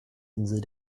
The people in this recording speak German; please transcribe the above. insel